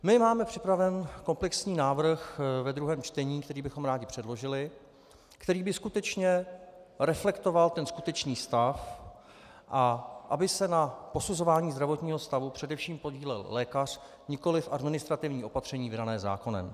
My máme připraven komplexní návrh ve druhém čtení, který bychom rádi předložili, který by skutečně reflektoval ten skutečný stav, a aby se na posuzování zdravotního stavu především podílel lékař, nikoliv administrativní opatření vydané zákonem.